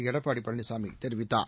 எடப்பாடி பழனிசாமி தெரிவித்தார்